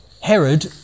Herod